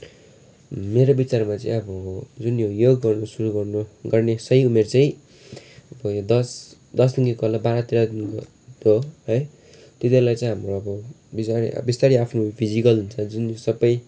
मेरो विचारमा चाहिँ अब जुन यो योग गर्नु सुरु गर्नु गर्ने सही उमेर चाहिँ दस दसदेखि उकालो बाह्र तेह्रदेखिको है तिनीहरूलाई चाहिँ हामी अब बिस्तारै आफ्नो फिजिकल जुन सबै